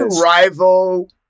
rival